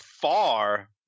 far